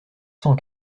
cent